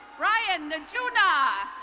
brian najuna.